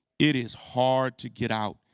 it is hard to get out.